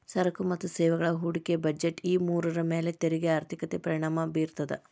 ಸರಕು ಮತ್ತ ಸೇವೆಗಳ ಹೂಡಿಕೆ ಬಜೆಟ್ ಈ ಮೂರರ ಮ್ಯಾಲೆ ತೆರಿಗೆ ಆರ್ಥಿಕತೆ ಪರಿಣಾಮ ಬೇರ್ತದ